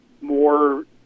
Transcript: more